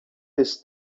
this